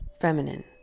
Feminine